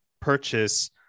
purchase